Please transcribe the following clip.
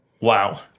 Wow